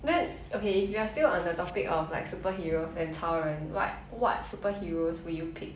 then okay if you are still on the topic of like superheroes and 超人 what what superheroes will you pick